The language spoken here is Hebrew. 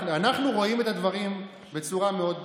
אנחנו רואים את הדברים בצורה מאוד ברורה.